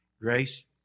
Grace